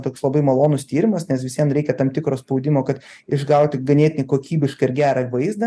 toks labai malonus tyrimas nes vis vien reikia tam tikro spaudimo kad išgauti ganėtinai kokybišką ir gerą vaizdą